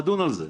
נדון על זה.